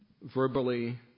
verbally